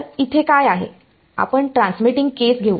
तर इथे काय आहे आपण ट्रान्समिटिंग केस घेऊ